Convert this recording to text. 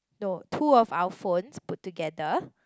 no two of our phones put together